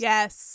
Yes